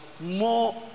more